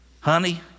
Honey